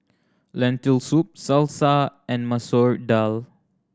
Lentil Soup Salsa and Masoor Dal